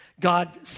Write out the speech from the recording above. God